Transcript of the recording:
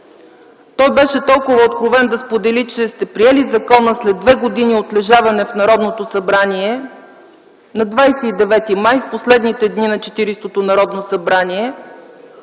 Той беше толкова откровен да сподели, че сте приели закона след две години отлежаване в Народното събрание, на 29 май, в последните дни на Четиридесетото Народно събрание,